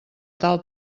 tal